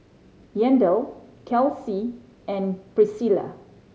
Yandel Kelsi and Pricilla